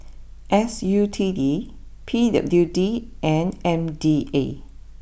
S U T D P W D and M D A